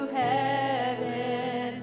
heaven